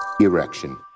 Erection